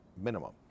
minimum